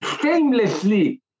shamelessly